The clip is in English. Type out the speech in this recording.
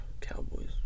Cowboys